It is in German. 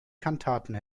kantaten